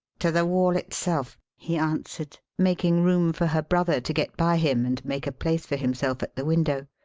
to the wall itself, he answered, making room for her brother to get by him and make a place for himself at the window.